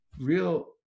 real